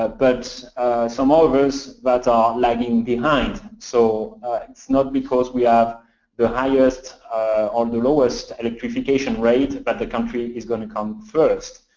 ah but some ah others that are lagging behind. so it's not because we have the highest or the lowest electrification rate but the country is going to come first.